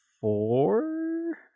four